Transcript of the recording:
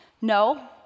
No